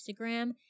Instagram